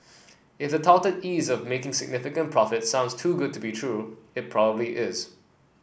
if the touted ease of making significant profits sounds too good to be true it probably is